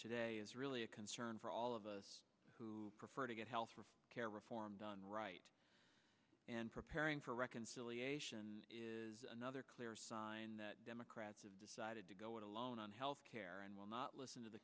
today is really a concern for all of us who prefer to get health care reform done right and preparing for reconciliation is another clear sign that democrats have decided to go it alone on health care and will not listen to the